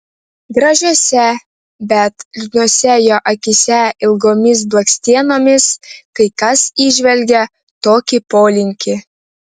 gražiose bet liūdnose jo akyse ilgomis blakstienomis kai kas įžvelgia tokį polinkį